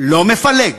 לא מפלג.